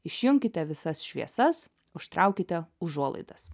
išjunkite visas šviesas užtraukite užuolaidas